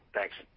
Thanks